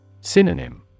Synonym